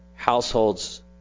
households